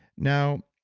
now,